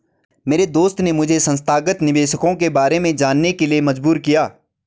मेरे दोस्त ने मुझे संस्थागत निवेशकों के बारे में जानने के लिए मजबूर किया